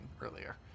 earlier